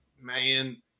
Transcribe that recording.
man